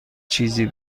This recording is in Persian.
چیزی